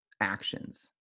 actions